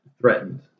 threatened